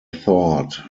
thought